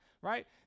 right